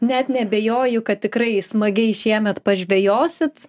net neabejoju kad tikrai smagiai šiemet pažvejosit